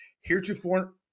heretofore